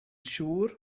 siŵr